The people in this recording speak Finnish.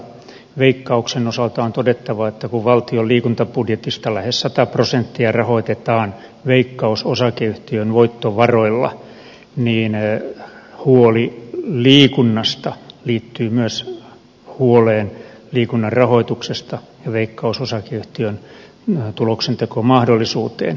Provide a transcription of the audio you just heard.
veikkauksen osalta on todettava että kun valtion liikuntabudjetista lähes sata prosenttia rahoitetaan veikkaus osakeyhtiön voittovaroilla niin huoli liikunnasta liittyy myös huoleen liikunnan rahoituksesta ja veikkaus osakeyhtiön tuloksentekomahdollisuuteen